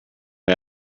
way